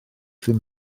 ddim